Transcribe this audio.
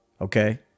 okay